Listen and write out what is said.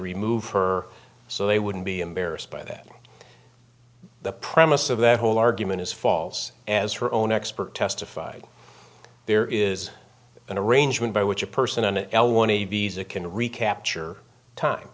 remove her so they wouldn't be embarrassed by that the premise of that whole argument is false as her own expert testified that there is an arrangement by which a person on l one visa can recapture t